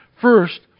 first